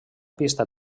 pista